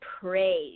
praise